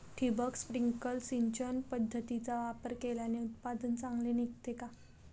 ठिबक, स्प्रिंकल सिंचन पद्धतीचा वापर केल्याने उत्पादन चांगले निघते का?